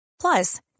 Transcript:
Plus